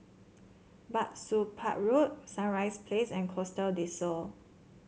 Bah Soon Pah Road Sunrise Place and Costa Del Sol